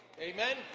amen